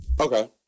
Okay